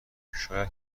شاید